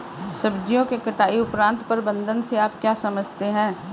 सब्जियों के कटाई उपरांत प्रबंधन से आप क्या समझते हैं?